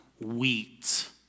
wheat